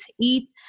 eat